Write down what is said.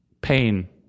Pain